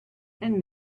and